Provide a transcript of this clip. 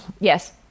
Yes